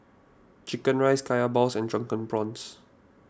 Chicken Rice Kaya Balls and Drunken Prawns